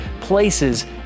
places